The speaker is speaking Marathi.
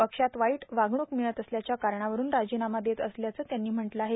पक्षात वाईट वागणूक ामळत असल्याच्या कारणावरून राजीनामा देत असल्याचं त्यांनी म्हटलं आहे